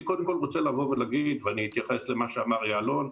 אני קודם כול רוצה לבוא ולהגיד ואני אתייחס למה שאמר יעלון,